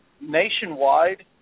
Nationwide